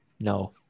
No